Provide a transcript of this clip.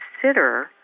consider